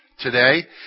today